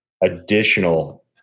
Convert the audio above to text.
additional